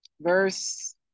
verse